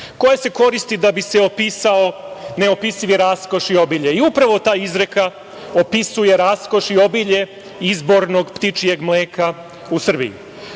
koje se koristi da bi se opisao neopisivi raskoš i obilje. I upravo ta izreka opisuje raskoš i obilje izbornog ptičijeg mleka u Srbiji. Ako